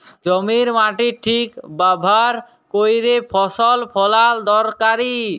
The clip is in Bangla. জমির মাটির ঠিক ব্যাভার ক্যইরে ফসল ফলাল দরকারি